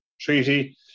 Treaty